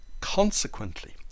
consequently